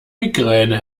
migräne